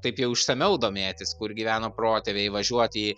taip jau išsamiau domėtis kur gyveno protėviai važiuot į